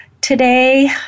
Today